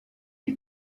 you